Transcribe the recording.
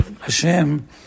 Hashem